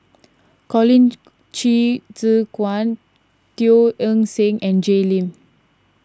Colin Qi Zhe Quan Teo Eng Seng and Jay Lim